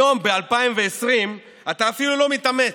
היום, ב-2020, אתה אפילו לא מתאמץ.